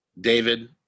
david